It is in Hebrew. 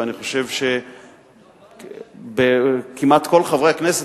ואני חושב שכמעט כל חברי הכנסת,